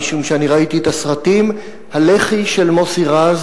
משום שאני ראיתי את הסרטים: הלחי של מוסי רז